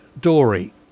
Dory